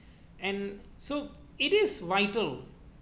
and so it is vital